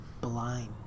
blind